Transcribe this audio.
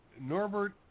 Norbert